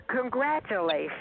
congratulations